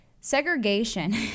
Segregation